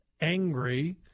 angry